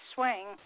Swing